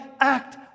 act